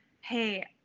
hey